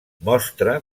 mostra